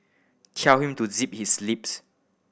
tell him to zip his lips